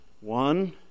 One